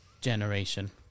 generation